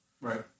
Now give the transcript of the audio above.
Right